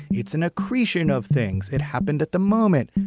it's an accretion of things it happened at the moment